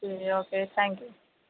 جی جی okay thank you